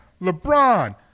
LeBron